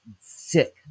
sick